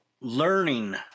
learning